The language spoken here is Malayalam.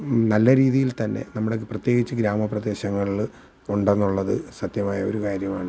നല്ല രീതിയിൽ തന്നെ നമ്മുടെ പ്രത്യേകിച്ച് ഗ്രാമപ്രദേശങ്ങളിൽ ഉണ്ടെന്നുള്ളത് സത്യമായൊരു കാര്യമാണ്